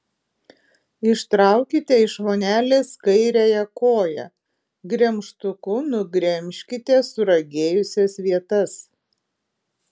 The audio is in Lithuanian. ištraukite iš vonelės kairiąją koją gremžtuku nugremžkite suragėjusias vietas